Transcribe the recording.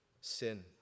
Sin